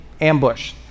Ambush